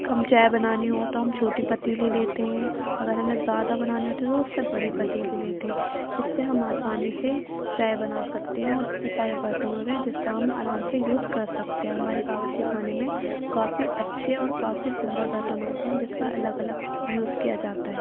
کم چائے بنانی ہو تو ہم چھوٹی پتیلی لیتے ہیں اگر ہمیں زیادہ بنانی ہوتی ہے تو اس سے بڑی پتیلی لیتے ہیں اس سے ہم آسانی سے چائے بنا سکتے ہیں اور اتنے سارے برتن ہو گئے ہیں جس کا ہم آرام سے یوز کر سکتے ہیں ہمارے باورچی خانے میں کافی اچھے اور کافی سندر برتن ہوتے ہیں جس کا الگ الگ یوز کیا جاتا ہے